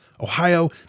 Ohio